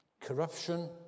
corruption